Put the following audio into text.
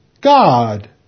God